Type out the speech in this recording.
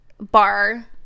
bar